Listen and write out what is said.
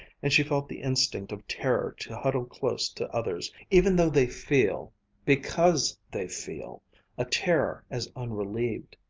and she felt the instinct of terror to huddle close to others, even though they feel because they feel a terror as unrelieved.